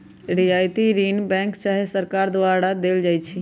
रियायती ऋण बैंक चाहे सरकार द्वारा देल जाइ छइ